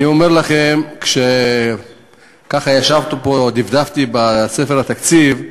אני אומר לכם, שככה ישבנו פה, דפדפתי בספר התקציב,